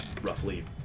roughly